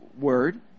word